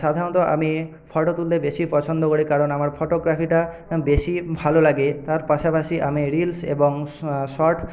সাধারণত আমি ফটো তুলতে বেশী পছন্দ করি কারণ আমার ফটোগ্রাফিটা বেশী ভালো লাগে তার পাশাপাশি আমি রিলস এবং শর্ট